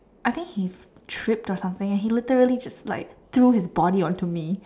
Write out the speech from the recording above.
I think he tripped or something and he literally just like threw his body onto me